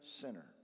sinner